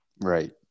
Right